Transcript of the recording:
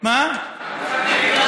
חשבתי שבגלל